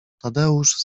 tadeusz